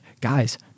guys